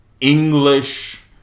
English